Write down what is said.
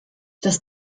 das